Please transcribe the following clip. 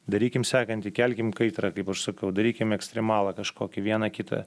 darykim sekantį kelkim kaitrą kaip aš sakau darykime ekstremalą kažkokį vieną kitą